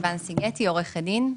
אני עורכת דין,